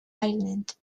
island